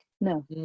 no